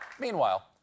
Meanwhile